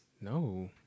No